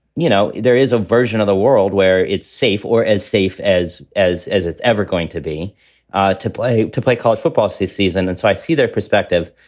you know, there is a version of the world where it's safe or as safe as as as it's ever going to be ah to play to play college football this season. and so i see their perspective,